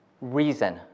reason